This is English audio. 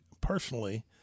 personally